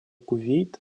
кувейт